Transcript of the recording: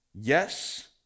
Yes